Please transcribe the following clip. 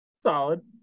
Solid